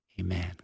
Amen